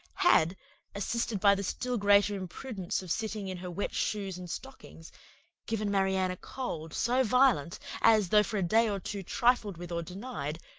had assisted by the still greater imprudence of sitting in her wet shoes and stockings given marianne a cold so violent as, though for a day or two trifled with or denied,